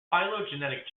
phylogenetic